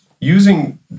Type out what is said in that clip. using